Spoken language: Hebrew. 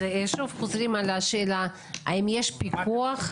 אז שוב חוזרים על השאלה: האם יש פיקוח?